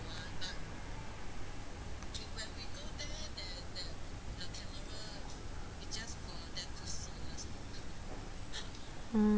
mm